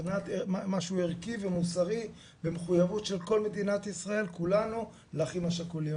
למעט משהו ערכי ומוסרי ומחויבות של כל מדינת ישראל כולנו לאחים השכולים.